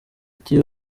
ati